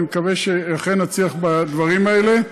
אני מקווה שאכן נצליח בדברים האלה.